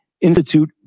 Institute